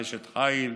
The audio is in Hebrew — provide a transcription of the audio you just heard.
אשת חיל,